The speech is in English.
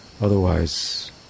Otherwise